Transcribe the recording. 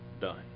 done